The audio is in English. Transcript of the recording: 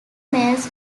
males